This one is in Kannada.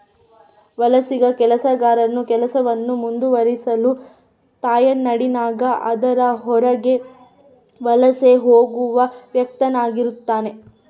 ವಲಸಿಗ ಕೆಲಸಗಾರನು ಕೆಲಸವನ್ನು ಮುಂದುವರಿಸಲು ತಾಯ್ನಾಡಿನಾಗ ಅದರ ಹೊರಗೆ ವಲಸೆ ಹೋಗುವ ವ್ಯಕ್ತಿಆಗಿರ್ತಾನ